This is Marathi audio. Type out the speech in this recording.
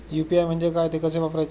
यु.पी.आय म्हणजे काय, ते कसे वापरायचे?